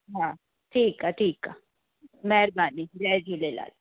हा ठीकु आहे ठीकु आहे महिरबानी जय झूलेलाल